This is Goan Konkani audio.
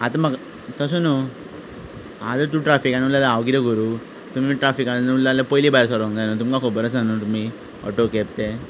आतां म्हाका तसो न्हय आतां तूं ट्राफिकान उरल्या जाल्यार हांव किदें करूं तुमी ट्राफिकान उरलें जाल्यार पयलीं भायर सरो जाय तुमकां खबर आसा न्हय तुमी ऑटो कॅब ते